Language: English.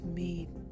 made